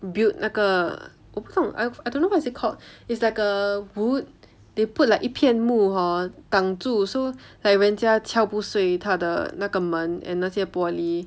build 那个我不懂 I I don't know what is it called it's like a wood they put like 一片木 hor 挡住 so like 人家敲不碎他的那个门 and 那些玻璃